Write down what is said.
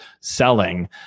selling